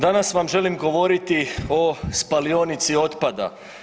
Danas vam želim govoriti o spalionici otpada.